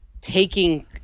taking